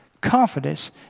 confidence